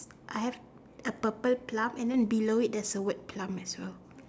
I have a purple club and then below it there's a word plump as well